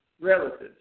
relatives